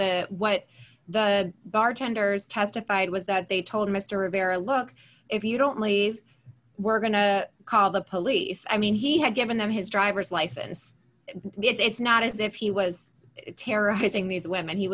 what the bartenders testified was that they told mr rivera look if you don't leave we're going to call the police i mean he had given them his driver's license it's not as if he was terrorizing these women he